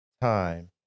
time